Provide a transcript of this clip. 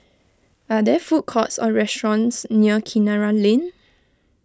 are there food courts or restaurants near Kinara Lane